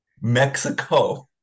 mexico